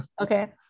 okay